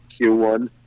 Q1